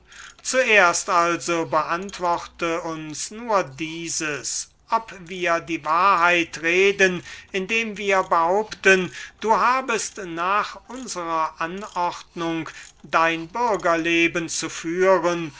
zuerst also beantworte uns nur dieses ob wir die wahrheit reden indem wir behaupten du habest nach unserer anordnung dein bürgerleben zu führen